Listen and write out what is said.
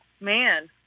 man